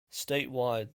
statewide